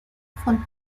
von